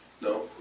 No